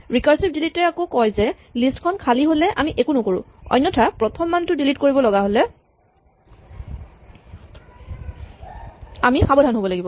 recursive delete এ আকৌ কয় যে লিষ্ট খন খালী হলে আমি একো নকৰো অন্যথা প্ৰথম মানটো ডিলিট কৰিব লগা হ'লে আমি সাৱধান হব লাগিব